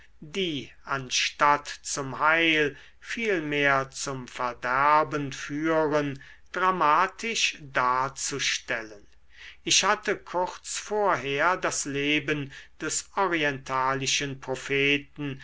die anstatt zum heil vielmehr zum verderben führen dramatisch darzustellen ich hatte kurz vorher das leben des orientalischen propheten